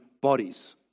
bodies